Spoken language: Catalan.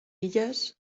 illes